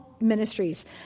Ministries